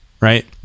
right